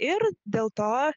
ir dėl to